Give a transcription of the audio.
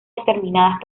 determinadas